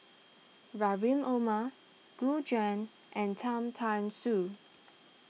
Rahim Omar Gu Juan and Cham Tao Soon